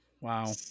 wow